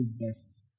best